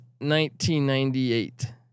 1998